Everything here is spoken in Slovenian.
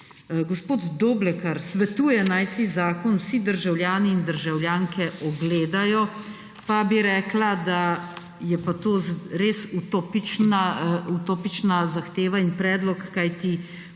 Gospod Doblekar svetuje, naj si zakon vsi državljani in državljanke ogledajo, pa bi rekla, da je pa to res utopična zahteva in predlog, kajti 500